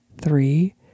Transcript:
three